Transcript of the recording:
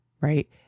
Right